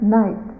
night